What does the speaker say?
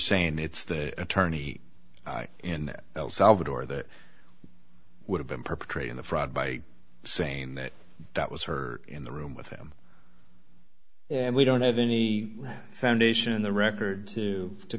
saying it's the attorney in el salvador that would have been perpetrating the fraud by saying that that was her in the room with him and we don't have any foundation in the record to to